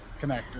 connector